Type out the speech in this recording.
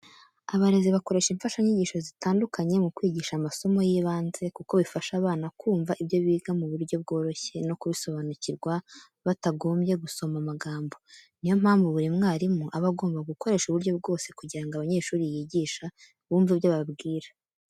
Abarezi bakoresha imfashanyigisho zitandikanye mu kwigisha amasomo y'ibanze kuko bifasha abana kumva ibyo biga mu buryo bworoshye no kubisobanukirwa batagombye gusoma amagambo. Niyo mpamvu buri mwarimu aba agomba gukoresha uburyo bwose kugira ngo abanyeshuri yigisha bumve ibyo ababwira.